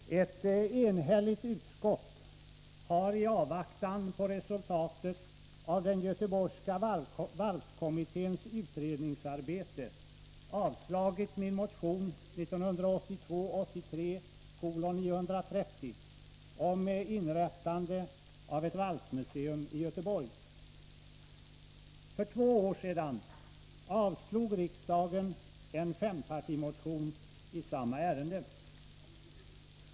Fru talman! Ett enhälligt utskott har i avvaktan på resultatet av den göteborgska varvskommitténs utredningsarbete avstyrkt min motion 1982/ 83:930 om inrättande av ett varvsmuseum i Göteborg. För två år sedan avslog riksdagen en fempartimotion i samma ärende.